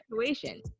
situation